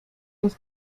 los